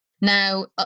Now